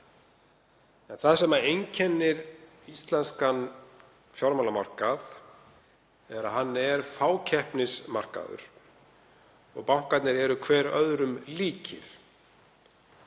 það sem einkennir íslenskan fjármálamarkað er að hann er fákeppnismarkaður og bankarnir eru hver öðrum líkir.